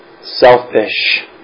selfish